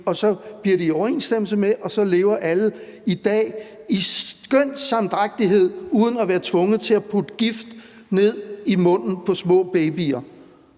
og så bliver det i overensstemmelse med den, og så lever alle i dag i skøn samdrægtighed uden at være tvunget til at putte gift ned i munden på små babyer?